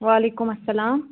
وعلیکُم اسلام